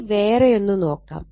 ഇനി വേറെയൊന്ന് നോക്കാം